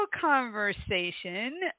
conversation